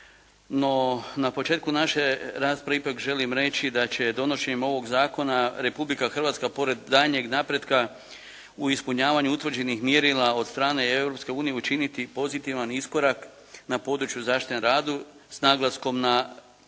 No, na početku naše rasprave ipak želim reći da će donošenjem ovog zakona Republika Hrvatska pored daljnjeg napretka u ispunjavanju utvrđenih mjerila od strane Europske unije učiniti pozitivan iskorak na području zaštite na radu s naglaskom na